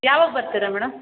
ಯಾವಾಗ ಬರ್ತೀರ ಮೇಡಮ್